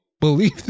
believe